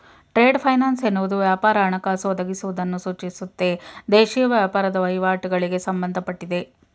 trade finance ಎನ್ನುವುದು ವ್ಯಾಪಾರ ಹಣಕಾಸು ಒದಗಿಸುವುದನ್ನು ಸೂಚಿಸುತ್ತೆ ದೇಶೀಯ ವ್ಯಾಪಾರದ ವಹಿವಾಟುಗಳಿಗೆ ಸಂಬಂಧಪಟ್ಟಿದೆ